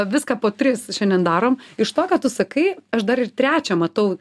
viską po tris šiandien darom iš to ką tu sakai aš dar ir trečią matau